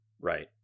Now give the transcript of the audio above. Right